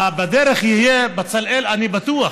בצלאל בדרך, אני בטוח